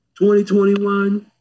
2021